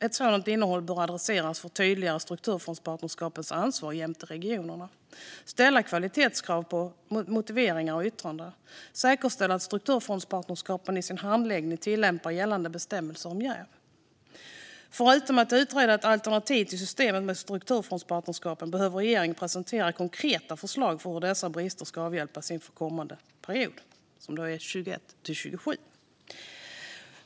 Ett sådant innehåll bör förtydliga strukturfondspartnerskapens ansvar jämte regionernas, ställa kvalitetskrav på motiveringar och yttranden och säkerställa att strukturfondspartnerskapen i sin handläggning tillämpar gällande bestämmelser om jäv. Förutom att utreda ett alternativ till systemet med strukturfondspartnerskapen behöver regeringen presentera konkreta förslag för hur dessa brister ska avhjälpas inför kommande period, som alltså är 2021-2027.